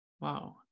Wow